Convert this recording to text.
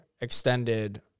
extended